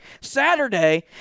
Saturday